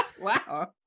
wow